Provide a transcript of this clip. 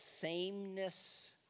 Sameness